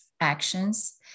actions